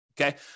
okay